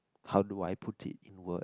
how do I put it in word